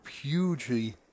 hugely